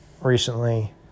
recently